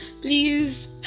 please